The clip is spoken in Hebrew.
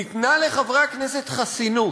ניתנה לחברי הכנסת חסינות.